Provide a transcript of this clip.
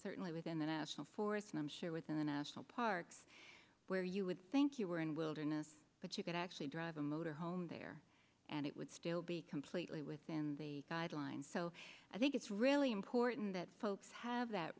certainly within the national forests and i'm sure within the national parks where you would think you were in wilderness but you could actually drive a motorhome there and it would still be completely within the guidelines so i think it's really important that folks have that